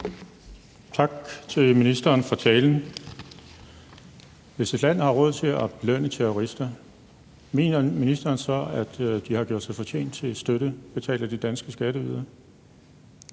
Tak til ministeren for talen. Hvis et land har råd til at belønne terrorister, mener ministeren så, at de har gjort sig fortjent til støtte betalt af de danske skatteydere?